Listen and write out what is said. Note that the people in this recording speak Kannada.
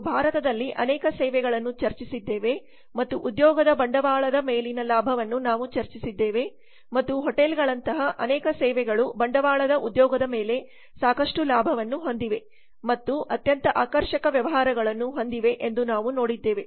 ನಾವು ಭಾರತದಲ್ಲಿ ಅನೇಕ ಸೇವೆಗಳನ್ನು ಚರ್ಚಿಸಿದ್ದೇವೆ ಮತ್ತು ಉದ್ಯೋಗದ ಬಂಡವಾಳದ ಮೇಲಿನ ಲಾಭವನ್ನು ನಾವು ಚರ್ಚಿಸಿದ್ದೇವೆ ಮತ್ತು ಹೋಟೆಲ್ಗಳಂತಹ ಅನೇಕ ಸೇವೆಗಳು ಬಂಡವಾಳದ ಉದ್ಯೋಗದ ಮೇಲೆ ಸಾಕಷ್ಟು ಲಾಭವನ್ನು ಹೊಂದಿವೆ ಮತ್ತು ಅತ್ಯಂತ ಆಕರ್ಷಕ ವ್ಯವಹಾರಗಳನ್ನು ಹೊಂದಿವೆ ಎಂದು ನಾವು ನೋಡಿದ್ದೇವೆ